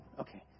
Okay